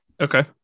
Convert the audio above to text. Okay